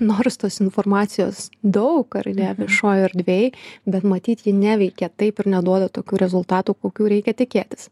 nors tos informacijos daug ar ne viešoj erdvėj bet matyt ji neveikė taip ir neduoda tokių rezultatų kokių reikia tikėtis